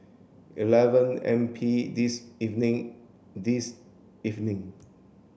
eleven M P this evening this evening